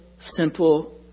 simple